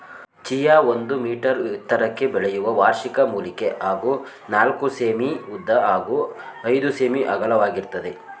chia ಒಂದು metre ಎತ್ತರಕ್ಕೆ ಬೆಳೆಯುವ ವಾರ್ಷಿಕ ಮೂಲಿಕೆ ಹಾಗೂ ನಾಲ್ಕು ಸೆ.ಮೀ ಉದ್ದ ಹಾಗೂ ಐದು ಸೆ.ಮೀ ಅಗಲವಾಗಿರ್ತದೆ